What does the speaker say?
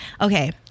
okay